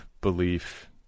belief